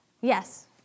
Yes